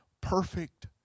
perfect